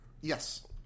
yes